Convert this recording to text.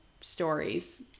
stories